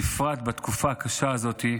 בפרט בתקופה הקשה הזאת,